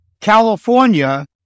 California